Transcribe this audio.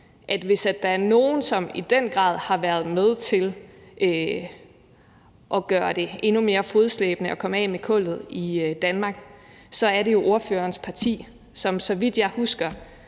at hvis der er nogen, som i den grad har været med til at gøre det endnu mere fodslæbende at komme af med kullet i Danmark, er det jo ordførerens parti, som, så vidt jeg husker,